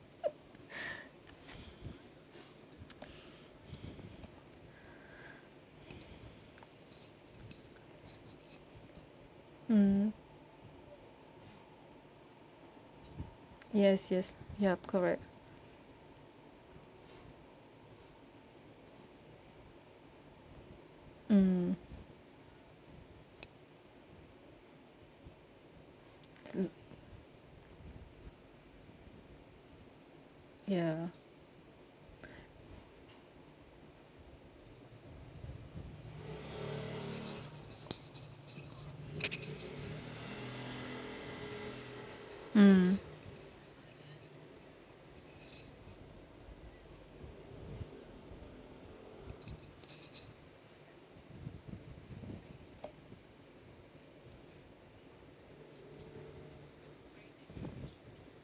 mm yes yes yup correct mm ya mm